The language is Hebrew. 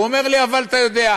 הוא אומר לי: אבל אתה יודע.